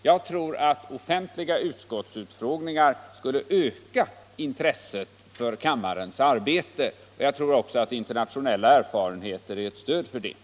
Jag tror att offentliga utskottsutfrågningar skulle öka intresset för kammarens arbete. Jag tror också att internationella erfarenheter är ett stöd för detta.